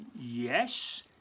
Yes